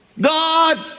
God